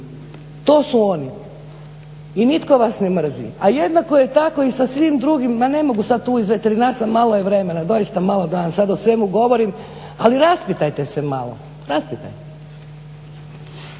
To su oni i nitko vas ne mrzi, a jednako je tako i sa svim drugim, a ne mogu sad tu iz veterinarstva, malo je vremena, doista malo da vam sad o svemu govorim, ali raspitajte se malo. Raspitajte.